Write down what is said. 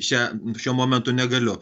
čia šiuo momentu negaliu